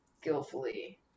skillfully